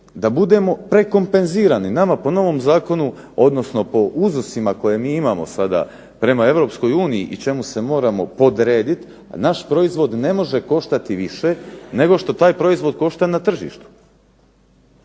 da budemo prekompenzirani. Nama po novom zakonu, odnosno po uzusima koje mi imamo sada prema Europskoj uniji i čemu se moramo podrediti naš proizvod ne može koštati više nego što taj proizvod košta na tržištu.